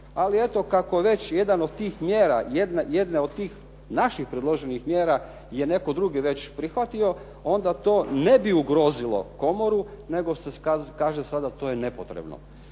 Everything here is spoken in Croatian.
ali eto kako je već jedne od tih naših predloženih mjera je netko drugi prihvatio, onda to ne bi ugrozilo komoru nego se kaže sada to je nepotrebno.